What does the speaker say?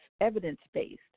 evidence-based